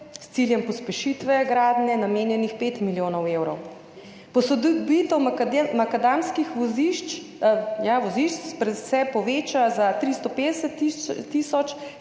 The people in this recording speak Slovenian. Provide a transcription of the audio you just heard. s ciljem pospešitve gradnje je namenjenih pet milijonov evrov, posodobitev makadamskih vozišč se poveča za 350 tisoč